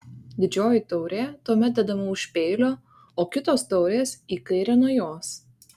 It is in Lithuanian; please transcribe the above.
didžioji taurė tuomet dedama už peilio o kitos taurės į kairę nuo jos